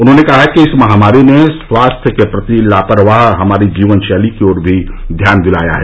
उन्होंने कहा कि इस महामारी ने स्वास्थ्य के प्रति लापरवाह हमारी जीवन शैली की ओर भी ध्यान दिलाया है